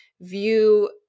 view